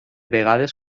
vegades